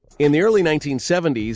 in the early nineteen seventy s,